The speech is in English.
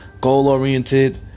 goal-oriented